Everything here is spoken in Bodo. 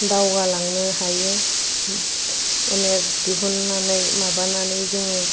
दावगालांनो हायो अनेक दिहुननानै माबानानै जोङो